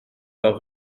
leurs